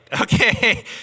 Okay